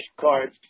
cards